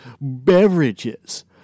Beverages